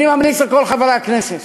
אני ממליץ לכל חברי הכנסת,